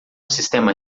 sistema